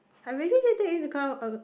I really didn't take into